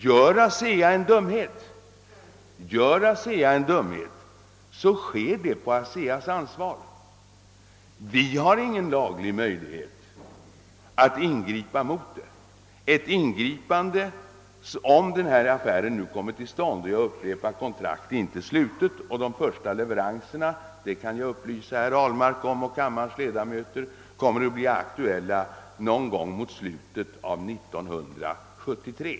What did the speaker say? Gör ASEA en dumhet, så sker det på dess eget ansvar. Vi har ingen laglig möjlighet att ingripa mot det. Vi vet ännu inte om denna affär kommer till stånd. Jag upprepar att kontraktet inte är slutet, och de första leveranserna — det kan jag upplysa herr Ahlmark och kammarens ledamöter om — kommer att bli aktuella först mot slutet av 1973.